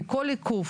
כי כל עיכוב